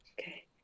Okay